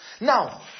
Now